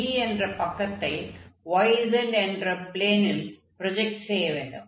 B என்ற பக்கத்தை yz என்ற ப்ளேனில் ப்ரொஜக்ட் செய்ய வேண்டும்